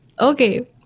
Okay